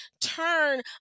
turn